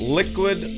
liquid